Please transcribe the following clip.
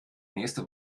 nächste